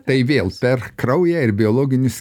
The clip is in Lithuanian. tai vėl per kraują ir biologinius